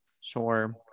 sure